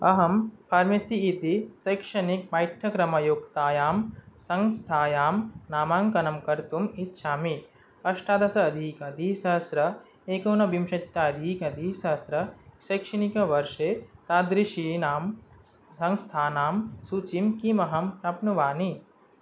अहं फार्मसी इति शैक्षणिकपठ्यक्रमयुक्तायां संस्थायां नामाङ्कनं कर्तुम् इच्छामि अष्टादश अधिकद्विसहस्र एकोनविंशत्यधिकद्विसहस्रशैक्षणिकवर्षे तादृशीनां संस्थानां सूचीं किमहं प्राप्नुवानि